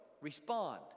respond